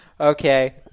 Okay